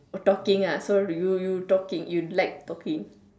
oh talking ah so you you talking you like talking